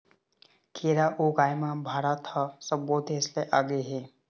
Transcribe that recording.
केरा ऊगाए म भारत ह सब्बो देस ले आगे हे